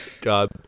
God